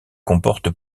comporte